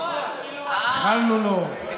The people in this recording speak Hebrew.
איחלנו לו.